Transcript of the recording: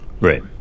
right